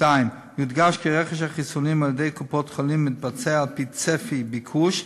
יודגש כי רכש החיסונים על-ידי קופות-החולים מתבצע על-פי צפי ביקוש,